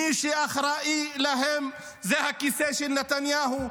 מי שאחראי להם זה הכיסא של נתניהו.